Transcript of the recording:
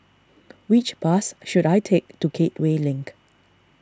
which bus should I take to Gateway Link